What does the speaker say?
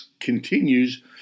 continues